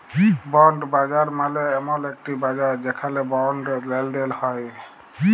bond বাজার মালে এমল একটি বাজার যেখালে বন্ড লেলদেল হ্য়েয়